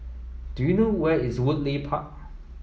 do you know where is Woodleigh Park